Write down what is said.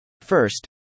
First